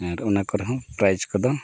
ᱟᱨ ᱚᱱᱟ ᱠᱚᱨᱮ ᱦᱚᱸ ᱯᱨᱟᱭᱤᱡᱽ ᱠᱚᱫᱚ